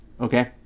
okay